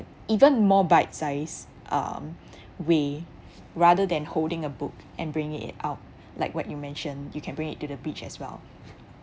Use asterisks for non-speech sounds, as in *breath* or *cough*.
even more bite size um *breath* way rather than holding a book and bring it out like what you mentioned you can bring it to the beach as well